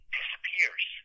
disappears